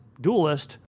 duelist